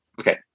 Okay